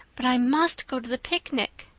but i must go to the picnic.